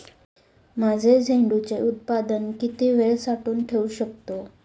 माझे झेंडूचे उत्पादन किती वेळ साठवून ठेवू शकतो?